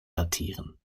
datieren